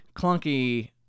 clunky